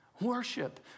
Worship